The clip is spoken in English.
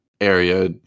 area